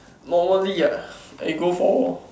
normally ah I go for